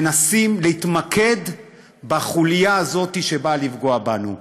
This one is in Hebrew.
מנסים להתמקד בחוליה שבאה לפגוע בנו.